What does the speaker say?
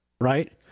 right